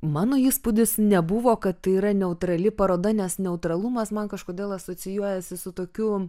mano įspūdis nebuvo kad tai yra neutrali paroda nes neutralumas man kažkodėl asocijuojasi su tokiu